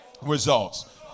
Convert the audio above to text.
results